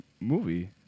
movie